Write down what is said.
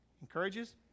encourages